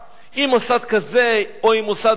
עם מוסד כזה או עם מוסד אחר,